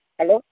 hello